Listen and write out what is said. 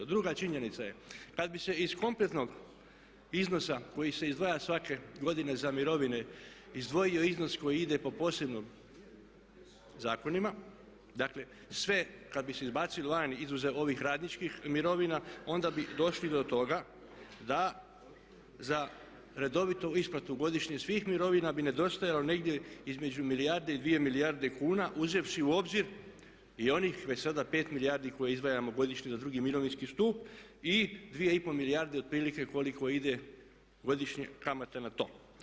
Druga činjenica je, kad bi se iz kompletnog iznosa koji se izdvaja svake godine za mirovine izdvojio iznos koji ide po posebnim zakonima dakle sve kad bi se izbacilo van izuzev ovih radničkih mirovina onda bi došli do toga da za redovitu isplatu godišnjih svih mirovina bi nedostajalo negdje između milijarde i dvije milijarde kuna uzevši u obzir i onih već sada 5 milijardi koje izdvajamo godišnje u drugi mirovinski stup i 2,5 milijarde otprilike koliko ide godišnje kamata na to.